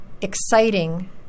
exciting